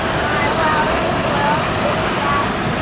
my wow in the world is that